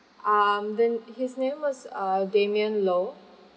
um then his name was uh damien Loh